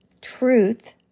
truth